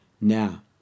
Now